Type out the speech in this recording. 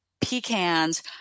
pecans